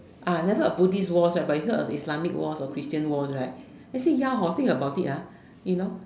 never heard of Buddhist Wars but you heard of Islamic Wars or Christian Wars right actually ya think about it you know